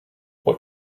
what